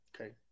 Okay